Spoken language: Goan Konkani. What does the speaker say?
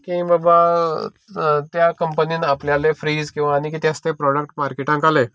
किंवा त्या कंपनिन आपल्याले फ्रिज वा कितें आसा ते प्रोडाक्ट मार्केटान जाले